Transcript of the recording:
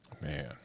Man